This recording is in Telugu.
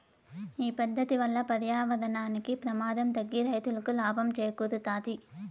ఈ పద్దతి వల్ల పర్యావరణానికి ప్రమాదం తగ్గి రైతులకి లాభం చేకూరుతాది